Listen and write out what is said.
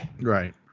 Right